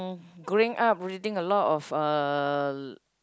growing up reading a lot of uh